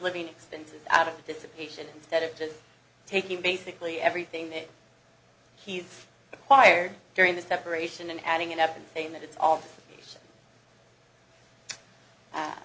living expenses out of this occasion instead of just taking basically everything that he acquired during the separation and adding it up and saying that it's all